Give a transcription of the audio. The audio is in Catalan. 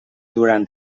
durant